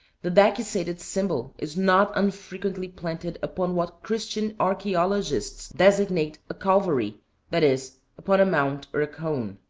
the decussated symbol is not unfrequently planted upon what christian archaeologists designate a calvary that is, upon a mount or a cone.